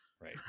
Right